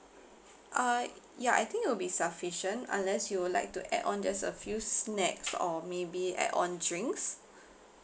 uh ya I think it will be sufficient unless you would like to add on just a few snacks or maybe add on drinks